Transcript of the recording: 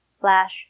Flash